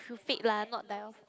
to fade lah not die off